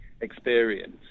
experience